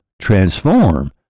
transform